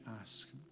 ask